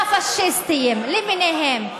והפאשיסטיים למיניהם,